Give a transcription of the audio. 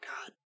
God